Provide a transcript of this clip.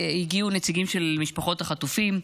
הגיעו נציגים של משפחות החטופים,